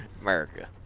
America